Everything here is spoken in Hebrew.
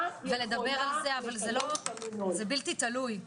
זה בלתי-תלוי.